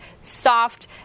soft